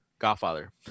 Godfather